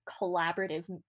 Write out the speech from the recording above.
collaborative